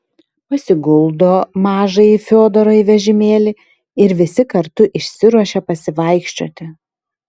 pasiguldo mažąjį fiodorą į vežimėlį ir visi kartu išsiruošia pasivaikščioti